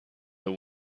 the